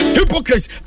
hypocrites